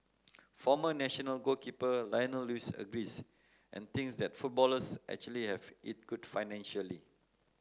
former national goalkeeper Lionel Lewis agrees and thinks that footballers actually have it good financially